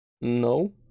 No